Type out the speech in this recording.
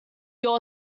your